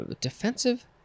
Defensive